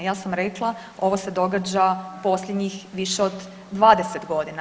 Ja sam rekla ovo se događa posljednjih više od 20 godina.